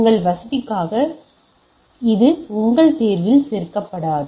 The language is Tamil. உங்கள் வசதிக்காக இது உங்கள் தேர்வில் சேர்க்கப்படாது